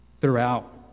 throughout